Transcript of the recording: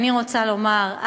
אני רוצה לומר,